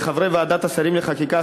לחברי ועדת השרים לחקיקה,